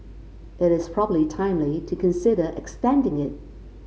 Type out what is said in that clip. it is probably timely to consider extending it